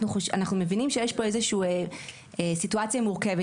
אנחנו מבינים שיש פה איזה שהיא סיטואציה מורכבת